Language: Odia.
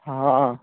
ହଁ